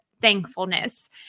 thankfulness